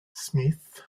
smith